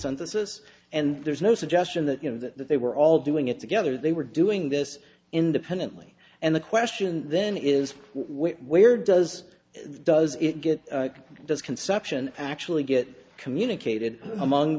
synthesis and there's no suggestion that you know that they were all doing it together they were doing this independently and the question then is where does the does it get does conception actually get communicated among